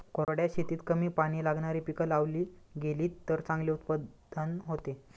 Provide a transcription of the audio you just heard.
कोरड्या शेतीत कमी पाणी लागणारी पिकं लावली गेलीत तर चांगले उत्पादन होते